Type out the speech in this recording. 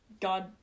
God